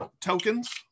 tokens